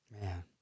man